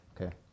Okay